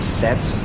sets